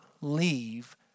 leave